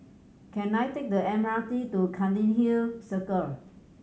can I take the M R T to Cairnhill Circle